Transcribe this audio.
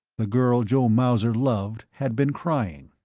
the girl joe mauser loved had been crying.